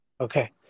Okay